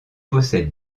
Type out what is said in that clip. possède